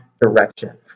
direction